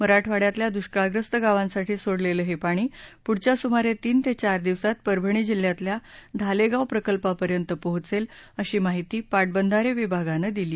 मराठवाङ्यातल्या दुष्काळग्रस्त गावांसाठी सोडलेलं हे पाणी पुढच्या सुमारे तीन ते चार दिवसांत परभणी जिल्ह्यातल्या ढालेगाव प्रकल्पापर्यंत पोहोचेल अशी माहिती पाटबंधारे विभागानं दिली